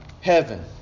heaven